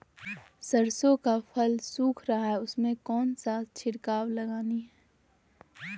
सरसो का फल सुख रहा है उसमें कौन सा छिड़काव लगानी है?